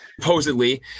supposedly